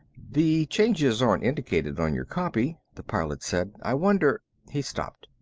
the changes aren't indicated on your copy, the pilot said. i wonder he stopped.